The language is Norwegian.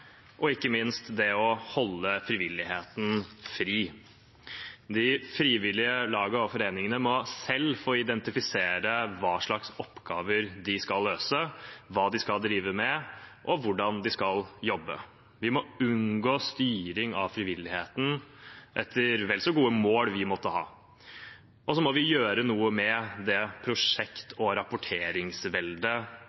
og ikke minst å holde frivilligheten fri. De frivillige lagene og foreningene må selv få identifisere hva slags oppgaver de skal løse, hva de skal drive med, og hvordan de skal jobbe. Vi må unngå styring av frivilligheten etter – vel så gode – mål vi måtte ha, og så må vi gjøre noe med det prosjekt-